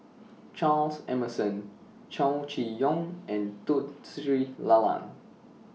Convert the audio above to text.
Charles Emmerson Chow Chee Yong and Tun Sri Lanang